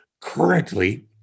currently